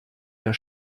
der